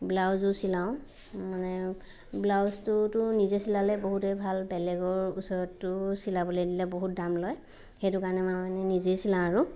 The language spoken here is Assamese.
ব্লাউজো চিলাওঁ মানে ব্লাউজটোতো নিজে চিলালে বহুতেই ভাল বেলেগৰ ওচৰততো চিলাবলৈ দিলে বহুত দাম লয় সেইটো কাৰণে মানে নিজে চিলাওঁ আৰু